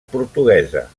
portuguesa